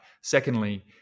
Secondly